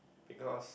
because